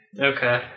okay